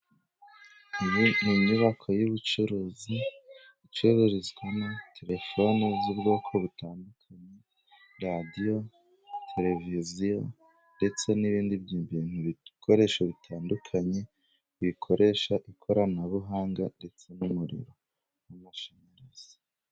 Iyi n'inyubako y'ubucuruzi icururizwamo terefone z'ubwoko butandukanye, radiyo, tereviziyo ndetse n'ibindi bintu, ibikoresho bitandukanye bikoresha ikoranabuhanga ndetse n'umuriro w'amashanyarazi.